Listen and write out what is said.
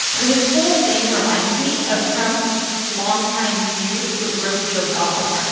i mean, this whole thing reminds me of trump's longtime feud with rosie o'donnell.